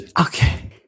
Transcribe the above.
Okay